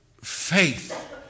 faith